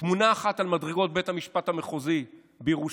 תמונה אחת, על מדרגות בית המשפט המחוזי בירושלים.